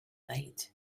late